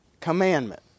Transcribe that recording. commandment